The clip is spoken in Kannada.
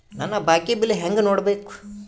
ನನ್ನ ಬಾಕಿ ಬಿಲ್ ಹೆಂಗ ನೋಡ್ಬೇಕು?